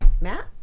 Matt